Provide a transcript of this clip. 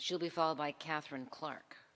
she'll be followed by katherine clark